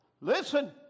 Listen